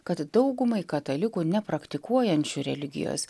kad daugumai katalikų nepraktikuojančių religijos